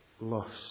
lost